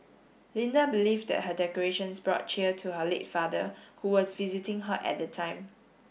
Linda believed that her decorations brought cheer to her late father who was visiting her at the time